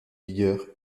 vigueur